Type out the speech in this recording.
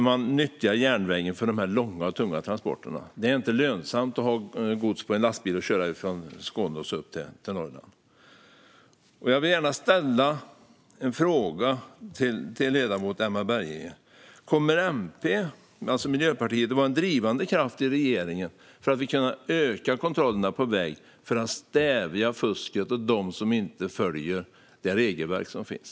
Man nyttjade järnvägen för de långa och tunga transporterna. Det är inte lönsamt att ha gods på en lastbil och köra från Skåne upp till Norrland. Jag vill gärna ställa en fråga till ledamoten Emma Berginger. Kommer Miljöpartiet att vara en drivande kraft i regeringen för att vi ska kunna öka kontrollerna på vägarna för att stävja fusket och dem som inte följer det regelverk som finns?